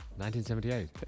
1978